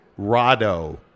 Rado